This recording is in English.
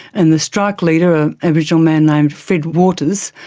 and the strike leader, an aboriginal man named fred waters,